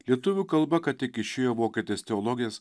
lietuvių kalba ką tik išėjo vokietės teologės